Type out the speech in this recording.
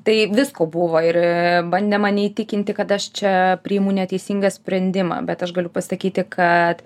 tai visko buvo ir bandė mane įtikinti kad aš čia priimu neteisingą sprendimą bet aš galiu pasakyti kad